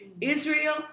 Israel